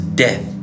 death